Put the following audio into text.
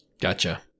Gotcha